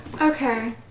Okay